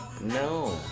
No